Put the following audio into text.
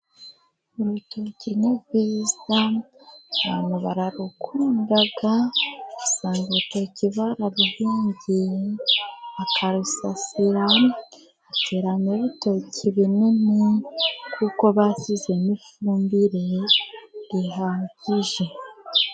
Urutoki ni rwiza abantu bararukunda, usanga urutoki bararuhingiye bakanarusasira, rweramo ibitoki binini, kuko bashyizemo ifumbire rihagije.